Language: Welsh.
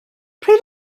pryd